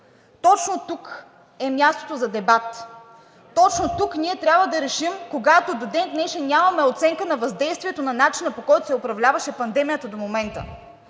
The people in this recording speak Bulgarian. Точно тук е мястото за дебат. Точно тук ние трябва да решим, когато до ден днешен нямаме оценка на въздействието на начина, по който се управляваше пандемията до момента.